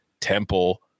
Temple